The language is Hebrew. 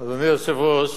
אדוני היושב-ראש,